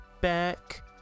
back